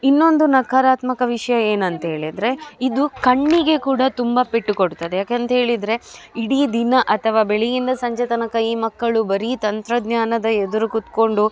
ಇನ್ನೊಂದು ನಕಾರಾತ್ಮಕ ವಿಷಯ ಏನಂತ ಹೇಳಿದರೆ ಇದು ಕಣ್ಣಿಗೆ ಕೂಡ ತುಂಬ ಪೆಟ್ಟು ಕೊಡುತ್ತದೆ ಯಾಕೆಂತ ಹೇಳಿದರೆ ಇಡೀ ದಿನ ಅಥವಾ ಬೆಳಗಿಂದ ಸಂಜೆ ತನಕ ಈ ಮಕ್ಕಳು ಬರೀ ತಂತ್ರಜ್ಞಾನದ ಎದುರು ಕೂತುಕೊಂಡು